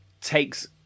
takes